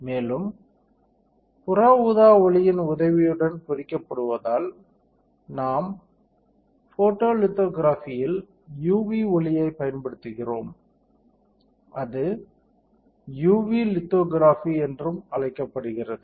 மேலும் புற ஊதா ஒளியின் உதவியுடன் பொறிக்கப்படுவதால் நாம் போட்டோத்லிதோகிராஃபியில் UV ஒளியைப் பயன்படுத்துகிறோம் அது UV லித்தோகிராஃபி என்றும் அழைக்கப்படுகிறது